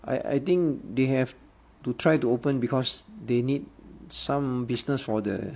I I think they have to try to open because they need some business for the